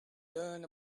learn